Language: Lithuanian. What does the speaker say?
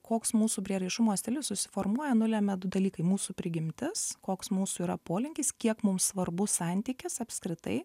koks mūsų prieraišumo stilius susiformuoja nulemia du dalykai mūsų prigimtis koks mūsų yra polinkis kiek mums svarbus santykis apskritai